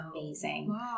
amazing